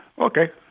Okay